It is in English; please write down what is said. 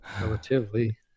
relatively